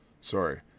Sorry